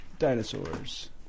Dinosaurs